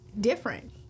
different